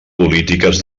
polítiques